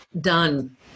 done